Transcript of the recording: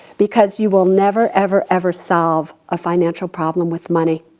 because you will never, ever, ever solve a financial problem with money.